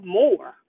more